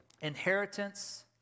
inheritance